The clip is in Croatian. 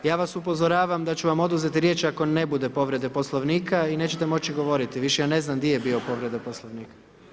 Ja vas upozoravam da ću vam oduzeti riječ ako ne bude povrede poslovnika i nećete moći govoriti više, jer ne znam di je bila povreda poslovnika.